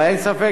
אבל אין ספק